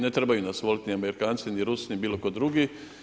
Ne trebaju nas volit ni Amerikanci, ni Rusi, ni bilo tko drugi.